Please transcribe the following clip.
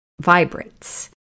vibrates